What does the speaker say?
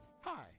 Hi